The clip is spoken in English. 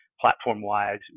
Platform-wise